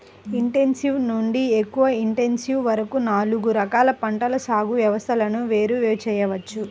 intensive నుండి ఎక్కువ intensive వరకు నాలుగు రకాల పంటల సాగు వ్యవస్థలను వేరు చేయవచ్చు